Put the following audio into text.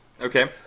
Okay